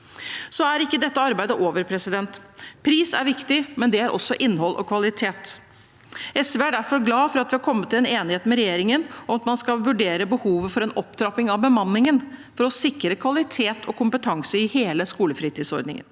Så er ikke dette arbeidet over. Pris er viktig, men det er også innhold og kvalitet. SV er derfor glad for at vi har kommet til en enighet med regjeringen om at man skal vurdere behovet for en opptrapping av bemanningen for å sikre kvalitet og kompetanse i hele skolefritidsordningen.